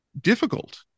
difficult